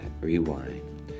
rewind